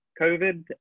covid